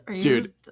Dude